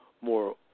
more